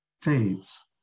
fades